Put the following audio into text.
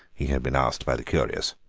he had been asked by the curious.